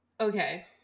okay